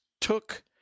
took